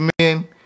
men